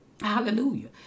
Hallelujah